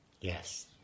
Yes